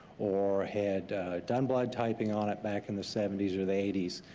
or had done blood typing on it back in the seventy s or the eighty s.